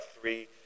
three